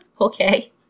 Okay